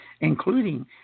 including